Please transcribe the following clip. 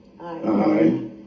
Aye